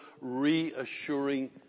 reassuring